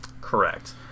Correct